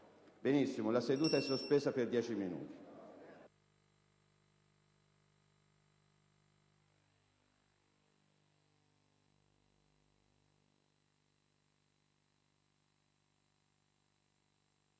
Colleghi, la seduta è sospesa per dieci minuti.